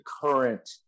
current